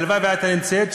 הלוואי שהייתה נמצאת,